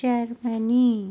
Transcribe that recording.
Germany